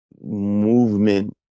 movement